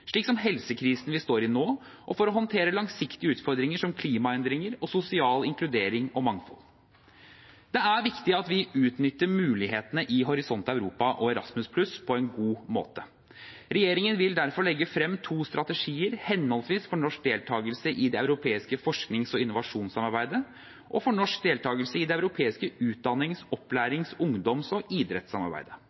slik som helsekrisen vi står i nå, og for å håndtere langsiktige utfordringer som klimaendringer og sosial inkludering og mangfold. Det er viktig at vi utnytter mulighetene i Horisont Europa og Erasmus+ på en god måte. Regjeringen vil derfor legge frem to strategier, for henholdsvis norsk deltakelse i det europeiske forsknings- og innovasjonssamarbeidet og norsk deltakelse i det europeiske utdannings-, opplærings-, ungdoms- og idrettssamarbeidet.